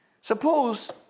Suppose